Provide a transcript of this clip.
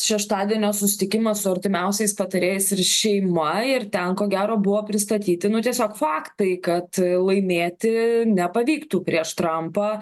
šeštadienio susitikimas su artimiausiais patarėjais ir šeima ir ten ko gero buvo pristatyti nu tiesiog faktai kad laimėti nepavyktų prieš trampą